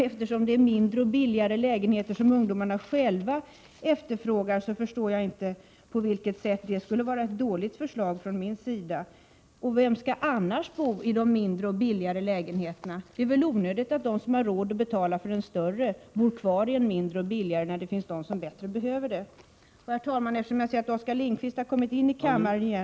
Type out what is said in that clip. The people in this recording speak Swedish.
Eftersom det är mindre och billigare lägenheter som ungdomarna själva efterfrågar, förstår jag inte på vilket sätt detta skulle vara ett dåligt förslag från min sida. Vem skall annars bo i de mindre och billigare lägenheterna? Det är väl onödigt att de människor som har råd att betala för en större lägenhet bor kvar i en mindre och billigare, när det finns människor som behöver de billigare lägenheterna bättre. Eftersom jag ser att Oskar Lindkvist har kommit in i kammaren igen